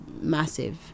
massive